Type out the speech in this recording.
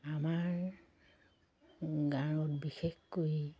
আমাৰ গাঁৱত বিশেষকৈ